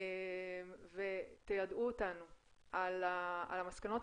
ותיידעו אותנו על המסקנות.